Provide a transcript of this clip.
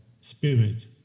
spirit